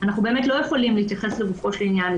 אנחנו באמת לא יכולים להתייחס לגופו של העניין,